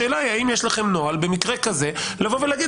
השאלה היא האם יש לכם נוהל במקרה כזה לבוא ולהגיד: